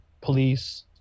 police